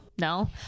No